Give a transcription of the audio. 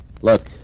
Look